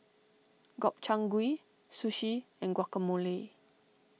Gobchang Gui Sushi and Guacamole